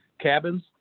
cabins